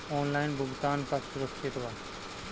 Online भुगतान का सुरक्षित बा?